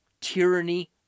Tyranny